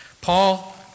Paul